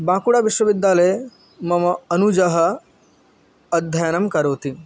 बाकुडा विश्वविद्यालये मम अनुजः अध्ययनं करोति